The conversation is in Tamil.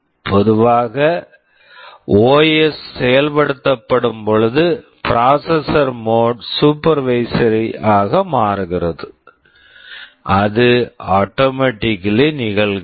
பொதுவாக ஓஎஸ் OS செயல்படுத்தப்படும்பொழுது processor mode processor mode supervisor supervisor ஆக மாறுகிறது அது ஆட்டோமெட்டிக்கல்லி automatically நிகழ்கிறது